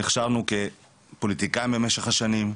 נכשלנו כפוליטיקאים במשך השנים,